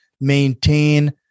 maintain